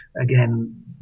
Again